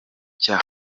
cya